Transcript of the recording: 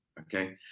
okay